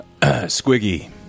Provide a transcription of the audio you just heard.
Squiggy